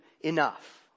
enough